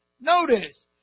Notice